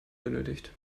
benötigt